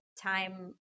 time